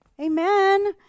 Amen